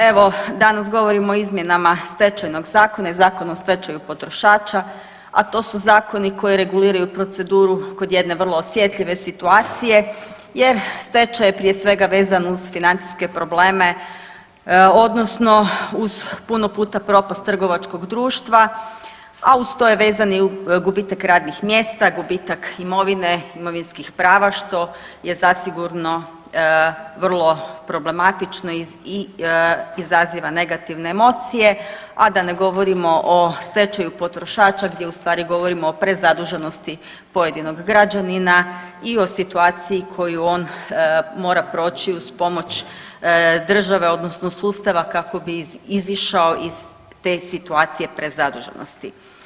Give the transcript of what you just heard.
Evo danas govorimo o izmjenama Stečajnog zakona i Zakona o stečaju potrošača, a to su zakoni koji reguliraju proceduru kod jedne vrlo osjetljive situacije jer stečaj je prije svega vezan uz financijske probleme, odnosno uz puno puta propast trgovačkog društva, a uz to je vezan i gubitak radnih mjesta, gubitak imovine, imovinskih prava što je zasigurno vrlo problematično i izaziva negativne emocije, a da ne govorimo o stečaju potrošača gdje u stvari govorimo o prezaduženosti pojedinog građanina i o situaciji koju on mora proći uz pomoć države, odnosno sustava kako bi izišao iz te situacije prezaduženosti.